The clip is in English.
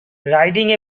riding